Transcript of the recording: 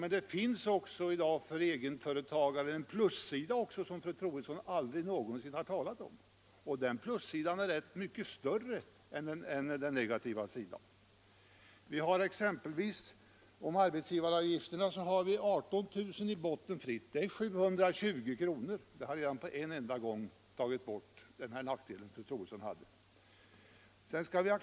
Men det finns för egenföretagaren i dag också en plussida, som fru Troedsson aldrig någonsin talat om. Och denna plussida är relativt större än minussidan. När det gäller arbetsgivaravgifterna är 18 000 i botten fritt — det innebär 720 kr. Redan det tar bort den nackdel fru Troedsson talade om.